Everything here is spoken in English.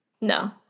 No